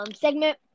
segment